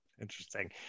Interesting